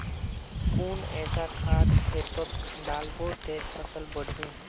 कुन ऐसा खाद खेतोत डालबो ते फसल बढ़बे?